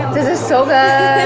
this is so good!